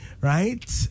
Right